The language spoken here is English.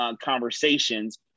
conversations